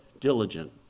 diligent